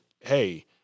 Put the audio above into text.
Hey